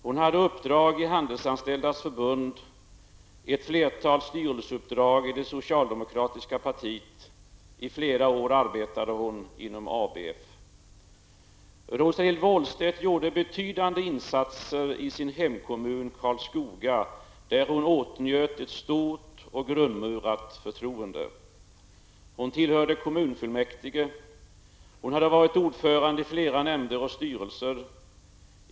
Hon hade uppdrag i Handelsanställdas förbund, ett flertal styrelseuppdrag i det socialdemokratiska partiet, och i flera år arbetade hon inom ABF. Rosa-Lill Wåhlstedt gjorde betydande insatser i sin hemkommun Karlskoga, där hon åtnjöt ett stort och grundmurat förtroende. Hon tillhörde kommunfullmäktige, hon hade varit ordförande i flera nämnder och styrelser.